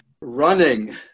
running